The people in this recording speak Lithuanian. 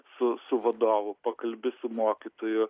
su su vadovu pakalbi su mokytoju